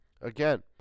Again